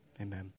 Amen